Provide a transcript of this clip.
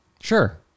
Sure